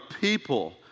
people